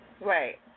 Right